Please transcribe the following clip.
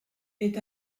est